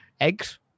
eggs